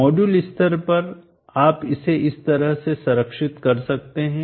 module स्तर पर आप इसे इस तरह से संरक्षित कर सकते हैं